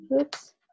Oops